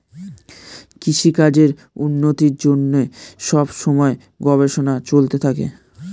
কৃষিকাজের উন্নতির জন্যে সব সময়ে গবেষণা চলতে থাকে